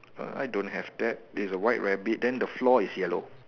err I don't have that is a white rabbit then the floor is yellow